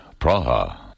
Praha